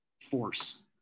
force